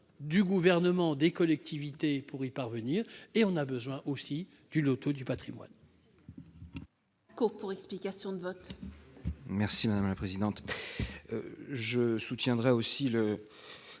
du Gouvernement et des collectivités pour y parvenir, mais on a aussi besoin du loto du patrimoine.